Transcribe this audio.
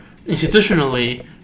institutionally